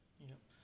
yup